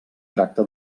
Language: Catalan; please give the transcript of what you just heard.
tracta